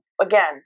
Again